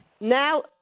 Now